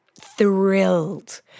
thrilled